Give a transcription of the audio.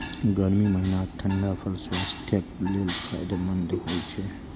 गर्मी महीनाक ठंढा फल स्वास्थ्यक लेल फायदेमंद होइ छै